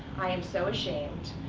i am so ashamed.